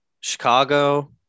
Chicago